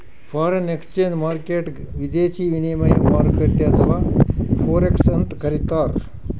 foreign exchange ಮಾರ್ಕೆಟ್ಗ್ ವಿದೇಶಿ ವಿನಿಮಯ ಮಾರುಕಟ್ಟೆ ಅಥವಾ ಫೋರೆಕ್ಸ್ ಅಂತ್ ಕರಿತಾರ್